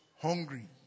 hungry